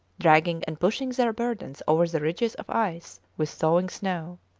dragging and pushing their burdens over the ridges of ice with thawing snow.